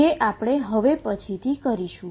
જે આપણે હવે પછીથી કરીશું